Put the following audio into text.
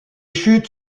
chutes